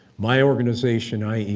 my organization, i mean